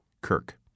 Kirk